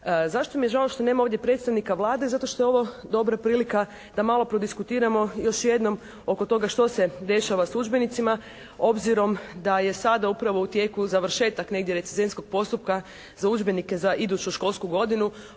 Zašto mi je žao što nema ovdje predsjednika Vlade? Zato što je ovo dobra prilika da malo prodiskutiramo još jednom oko toga što se dešava s udžbenicima obzirom da je sad upravo u tijeku završetak negdje recenzenskog postupka za udžbenike za iduću školsku godinu